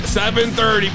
7.30